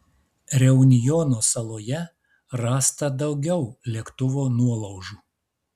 reunjono saloje rasta daugiau lėktuvo nuolaužų